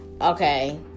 Okay